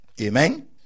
Amen